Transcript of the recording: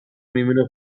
میمونه